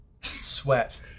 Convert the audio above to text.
Sweat